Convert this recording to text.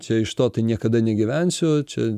čia iš to tai niekada negyvensiu čia